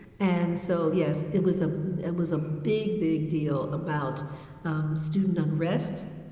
and so, yes, it was ah it was a big, big deal about student unrest.